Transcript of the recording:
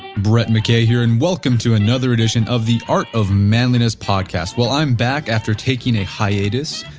brett mckay here and welcome to another edition of the art of manliness podcast. well, i'm back after taking a hiatus.